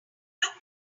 look